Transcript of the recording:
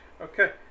Okay